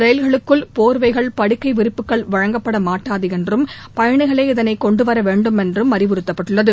ரயில்களுக்குள் போர்வைகள் படுக்கை விரிப்புகள் வழங்கப்பட மாட்டாது என்றும் பயனிகளே இதனைக் கொண்டு வர வேண்டுமென்றும் அறிவுறுத்தப்பட்டுள்ளது